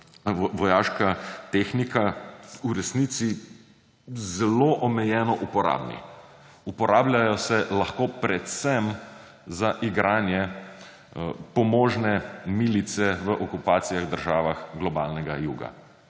vojaška tehnika v resnici zelo omejeno uporabni. Uporabljajo se lahko predvsem za igranje pomožne milice v okupacijah državah globalnega juga.